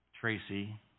Tracy